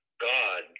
God